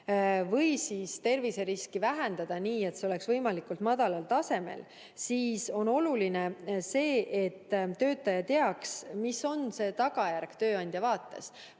või siis terviseriski vähendada nii, et see oleks võimalikult madalal tasemel, siis on oluline see, et töötaja teaks, mis on see tagajärg tööandja vaates.